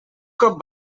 cop